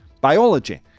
biology